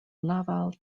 laval